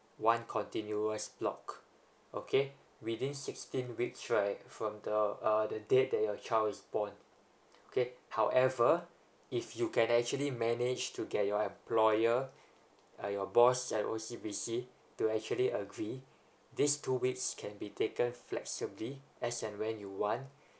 one continuous block okay within sixteen weeks right from the uh the date that your child is born okay however if you can actually manage to get your employer uh your boss at O C B C to actually agree this two weeks can be taken flexibly as and when you want